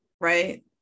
right